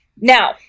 Now